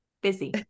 busy